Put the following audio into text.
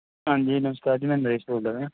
ਹਾਂਜੀ ਨਮਸਕਾਰ ਜੀ ਮੈਂ ਨਰੇਸ਼ ਬੋਲਦਾ ਪਿਆ